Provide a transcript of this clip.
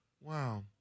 wow